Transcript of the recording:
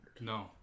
No